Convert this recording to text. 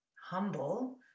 humble